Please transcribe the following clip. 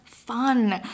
fun